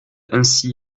ainsi